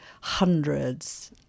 hundreds